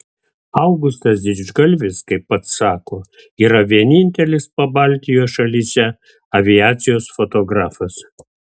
augustas didžgalvis kaip pats sako yra vienintelis pabaltijo šalyse aviacijos fotografas